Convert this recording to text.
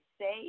say